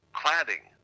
cladding